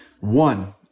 One